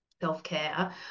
self-care